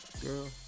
girl